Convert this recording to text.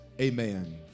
amen